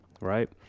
right